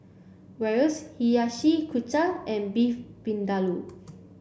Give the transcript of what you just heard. Gyros Hiyashi Chuka and Beef Vindaloo